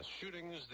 shootings